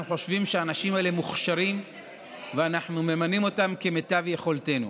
אנחנו חושבים שהאנשים האלה מוכשרים ואנחנו ממנים אותם כמיטב יכולתנו.